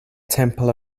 temple